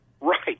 Right